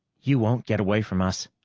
you won't get away from us.